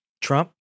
Trump